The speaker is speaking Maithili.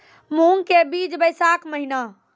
मूंग के बीज बैशाख महीना